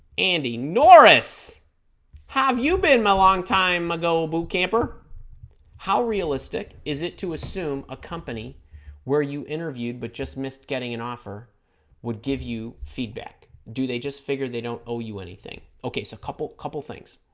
andy norris have you been my long time ago a boot camper how realistic is it to assume a company where you interviewed but just missed getting an offer would give you feedback do they just figure they don't owe you anything okay so a couple couple things